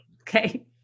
Okay